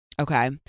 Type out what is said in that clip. okay